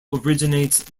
originates